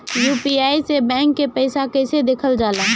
UPI से bank के पैसा कैसे देखल जाला?